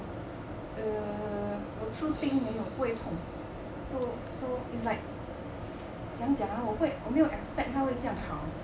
err 我吃冰没有不会痛 so so it's like 怎么样讲 !huh! 我没有 expect 它会这样好